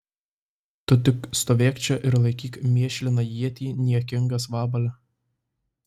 tu tik stovėk čia ir laikyk mėšliną ietį niekingas vabale